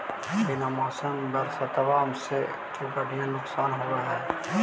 बिन मौसम बरसतबा से तो बढ़िया नुक्सान होब होतै?